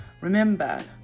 Remember